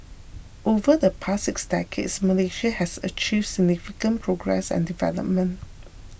over the past six decades Malaysia has achieved significant progress and development